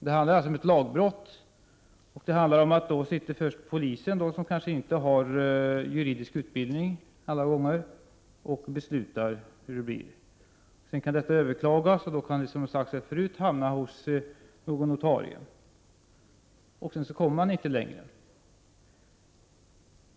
Det handlar om ett lagbrott där först en polis, som inte alla gånger har juridisk utbildning, fattar ett beslut om hur det skall gå. Sedan kan beslutet överklagas och ärendet, som det har sagts förut, hamnar hos någon notarie. Därefter kan man inte komma längre.